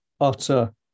utter